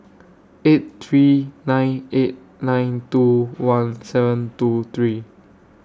eight three nine eight nine two one seven two three